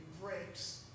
breaks